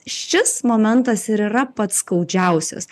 šis momentas ir yra pats skaudžiausias